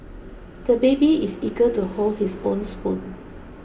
the baby is eager to hold his own spoon